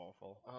awful